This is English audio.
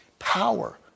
power